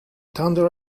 thunder